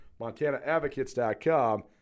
MontanaAdvocates.com